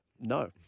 No